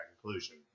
conclusion